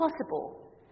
possible